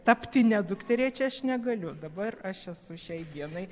tapti ne dukterėčia aš negaliu dabar aš esu šiai dienai